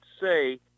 say